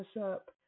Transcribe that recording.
up